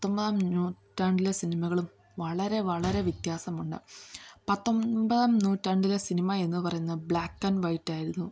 പത്തൊൻപതാം നൂറ്റാണ്ടിലെ സിനിമകളും വളരെ വളരെ വ്യത്യാസമുണ്ട് പത്തൊൻപതാം നൂറ്റാണ്ടിലെ സിനിമ എന്ന് പറയുന്ന ബ്ലാക്കാൻഡ് വൈറ്റായിരുന്നു